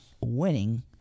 winning